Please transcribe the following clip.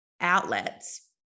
outlets